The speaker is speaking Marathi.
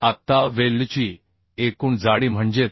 आत्ता वेल्डची एकूण जाडी म्हणजे te